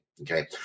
Okay